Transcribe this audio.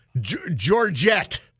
Georgette